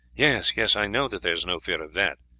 yes, yes, i know that there is no fear of that,